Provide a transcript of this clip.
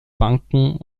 banken